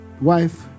wife